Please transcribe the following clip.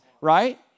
right